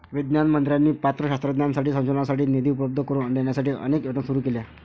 विज्ञान मंत्र्यांनी पात्र शास्त्रज्ञांसाठी संशोधनासाठी निधी उपलब्ध करून देण्यासाठी अनेक योजना सुरू केल्या